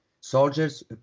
soldiers